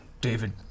David